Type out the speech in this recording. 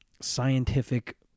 scientific